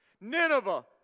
Nineveh